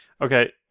Okay